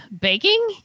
baking